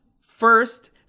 First